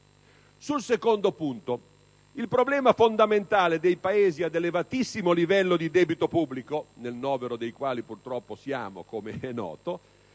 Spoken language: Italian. Sul secondo punto il problema fondamentale dei Paesi ad elevatissimo livello di debito pubblico (nel novero dei quali purtroppo rientriamo, com'è noto)